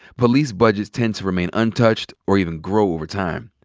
police budgets tend to remain untouched or even grow over time.